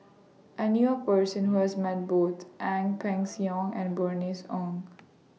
I knew A Person Who has Met Both Ang Peng Siong and Bernice Ong